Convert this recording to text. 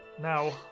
Now